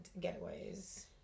getaways